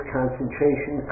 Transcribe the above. concentration